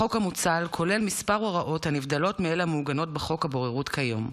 החוק המוצע כולל כמה הוראות הנבדלות מאלה המעוגנות בחוק הבוררות כיום,